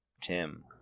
Tim